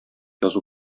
язу